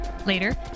Later